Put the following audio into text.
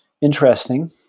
interesting